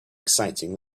exciting